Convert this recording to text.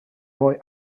boy